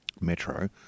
Metro